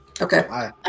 Okay